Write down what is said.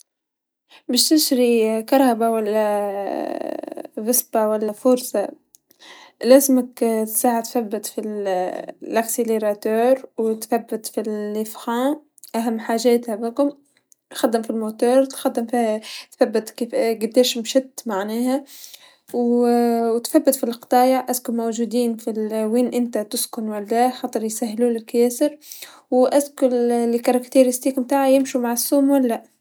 باش نشري كهربا و لا فيسبا و لا فورسا لازمك ساعه تثبث فالمسرع و تثبث في الفرامل أهم حاجات تعبوكم، خدم فالموتور، تخدم فيها تثبث فيها قداش مشات معناها و تثبث في القطايع إذا موجودين وين إنت تسكن و لا خاطر يسهلولك ياسر و إذا خصائص نتاعها يمشو مع السوم و لا.